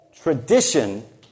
Tradition